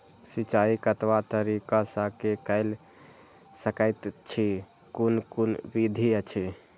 सिंचाई कतवा तरीका स के कैल सकैत छी कून कून विधि अछि?